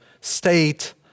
state